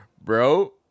Bro